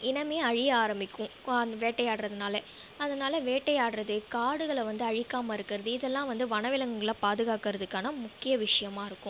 இனமே அழிய ஆரம்மிக்கும் வேட்டையாடுவதுனால அதனால வேட்டையாடுவது காடுகளை வந்து அழிக்காமல் இருக்கிறது இதல்லாம் வந்து வனவிலங்குகளை பாதுகாக்கிறதுக்கான முக்கிய விஷயமாக இருக்கும்